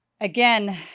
Again